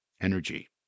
energy